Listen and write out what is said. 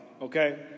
Okay